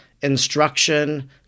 instruction